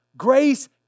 Grace